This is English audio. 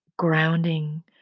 grounding